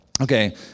Okay